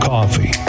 Coffee